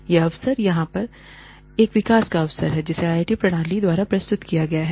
यह अवसर यहाँ पर एक विकास का अवसर है जिसे IIT प्रणाली द्वारा प्रस्तुत किया गया है